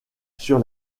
sur